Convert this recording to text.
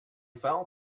felt